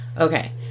Okay